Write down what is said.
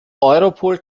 europol